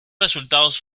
resultados